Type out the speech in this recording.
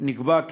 נקבע: